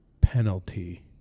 penalty